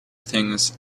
things